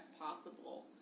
possible